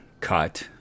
cut